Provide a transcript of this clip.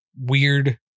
weird